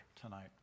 tonight